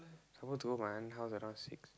supposed to go my aunt house around six